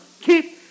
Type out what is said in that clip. keep